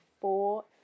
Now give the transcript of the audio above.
four